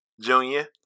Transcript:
Junior